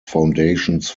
foundations